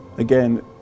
Again